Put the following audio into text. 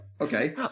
Okay